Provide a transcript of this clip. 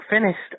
finished